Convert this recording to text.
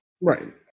Right